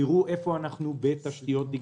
תראו איפה אנחנו בתשתיות דיגיטציה.